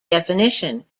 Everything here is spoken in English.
definition